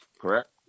correct